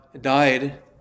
died